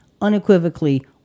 unequivocally